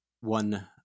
one